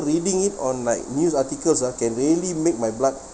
reading it on like news articles ah can really make my blood